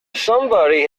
somebody